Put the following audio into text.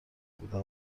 بودن